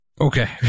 Okay